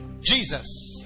Jesus